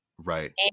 Right